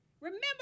Remember